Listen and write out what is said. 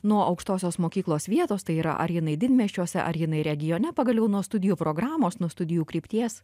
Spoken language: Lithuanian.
nuo aukštosios mokyklos vietos tai yra ar jinai didmiesčiuose ar jinai regione pagaliau nuo studijų programos nuo studijų krypties